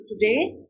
today